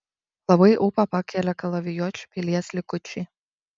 labai ūpą pakelia kalavijuočių pilies likučiai